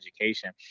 education